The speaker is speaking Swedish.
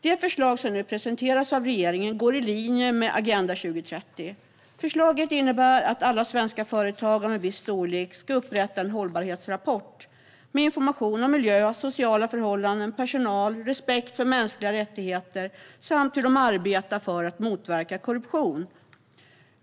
Det förslag som nu presenterats av regeringen går i linje med Agenda 2030. Förslaget innebär att alla svenska företag av en viss storlek ska upp-rätta en hållbarhetsrapport med information om miljö, sociala förhållanden, personal och respekt för mänskliga rättigheter samt hur de arbetar för att motverka korruption.